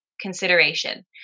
consideration